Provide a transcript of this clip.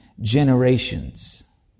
generations